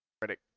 credit